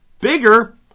Bigger